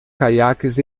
caiaques